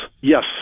yes